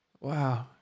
Wow